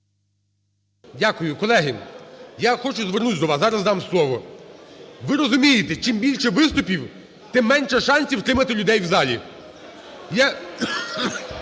Дякую. Колеги, я хочу звернутися до вас. Зараз надам слово. Ви розумієте, чим більше виступів, тим менше шансів утримати людей в залі.